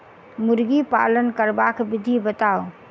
मुर्गी पालन करबाक विधि बताऊ?